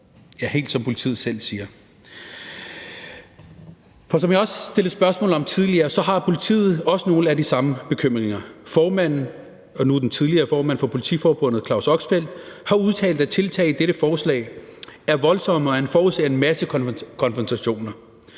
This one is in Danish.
ja, helt som politiet selv siger. Som jeg også stillede spørgsmål om tidligere, har politiet også nogle af de samme bekymringer. Formanden – nu den tidligere formand for Politiforbundet, Claus Oxfelt – har udtalt, at tiltagene i dette forslag er voldsomme, og han forudser en masse konfrontationer.